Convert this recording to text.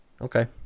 okay